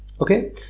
Okay